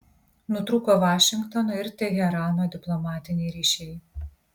nutrūko vašingtono ir teherano diplomatiniai ryšiai